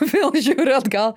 vėl žiūriu atgal